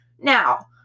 Now